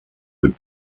would